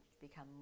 become